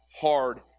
hard